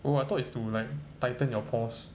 oh I thought is to like tighten your pores